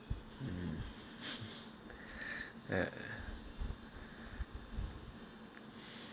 eh